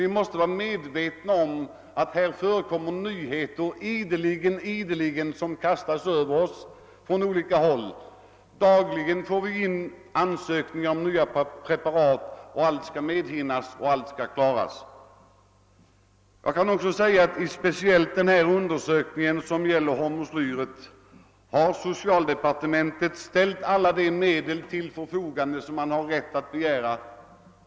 Vi måste emellertid vara medvetna om att det ideligen kastas nyheter över oss från olika håll. Vi får dagligen in ansökningar om tillstånd för nya preparat, och alla dessa skall vi hinna med att behandla. Jag vill i det speciella fall som användningen av hormoslyr representerar framhålla, att socialdepartementet därvidlag ställt alla de medel till förfogande som man har rätt att begära.